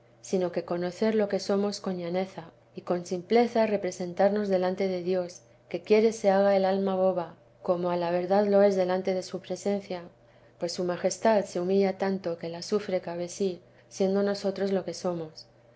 sino que conocer lo que somos con llanezi y con simpleza representarnos delante de dios que quiere se haga el alma boba como ala verdad lo es delante de su presencia pues su majestad se humilla tanto que la sufre cabe sí siendo nosotros lo que somos